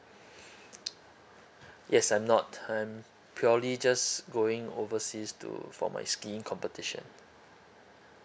yes I'm not I'm purely just going overseas to for my skiing competition